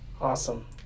Awesome